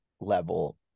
level